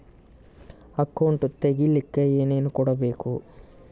Account ತೆಗಿಲಿಕ್ಕೆ ಏನೇನು ಕೊಡಬೇಕು?